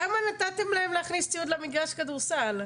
למה נתתם להם להכניס ציוד למגרש כדורסל?